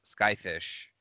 Skyfish